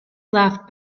laughed